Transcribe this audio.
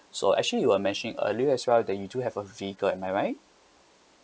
so actually you were mentioning earlier as well that you do have a vehicle am I right